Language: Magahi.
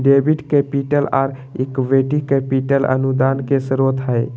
डेबिट कैपिटल, आर इक्विटी कैपिटल अनुदान के स्रोत हय